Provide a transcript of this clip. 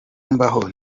mbaho